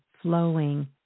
flowing